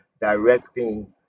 directing